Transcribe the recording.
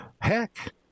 heck